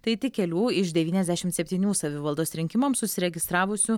tai tik kelių iš devyniasdešim septynių savivaldos rinkimams užsiregistravusių